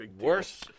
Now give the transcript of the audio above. Worse